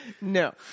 No